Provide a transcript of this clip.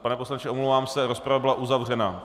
Pane poslanče, omlouvám se, rozprava byla uzavřena.